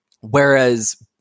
Whereas